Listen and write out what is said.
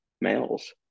males